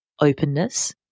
openness